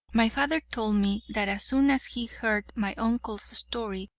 my father told me that as soon as he heard my uncle's story,